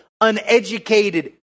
uneducated